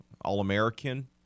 All-American